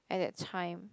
at that time